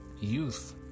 youth